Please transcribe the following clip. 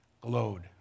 glowed